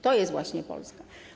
To jest właśnie Polska.